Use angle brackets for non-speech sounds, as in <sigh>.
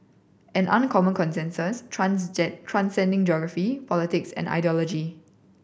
an uncommon consensus <unintelligible> transcending geography politics and ideology